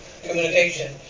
communication